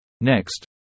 Next